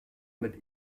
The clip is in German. mit